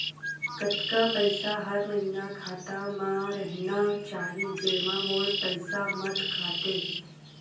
कतका पईसा हर महीना खाता मा रहिना चाही जेमा मोर पईसा मत काटे?